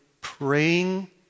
praying